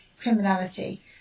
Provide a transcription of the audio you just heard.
criminality